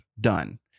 done